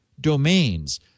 domains